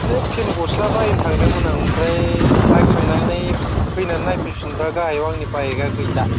है फेन गस्ला बायनो थांदोंमोन आं ओमफ्राय बायखांनानै फैनानै नायफैफिनबा गाहायाव आंनि बाइकया गैला